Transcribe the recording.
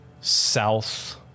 south